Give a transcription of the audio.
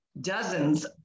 dozens